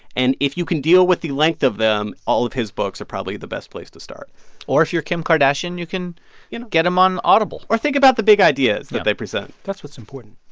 and if you can deal with the length of them, all of his books are probably the best place to start or if you're kim kardashian, you can you know get them on audible or think about the big ideas that they present that's what's important